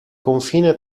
confine